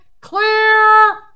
clear